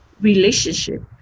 relationship